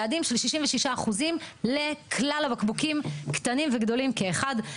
יעדים של 66% לכלל הבקבוקים, קטנים וגדולים כאחד.